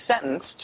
sentenced